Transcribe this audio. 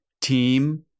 team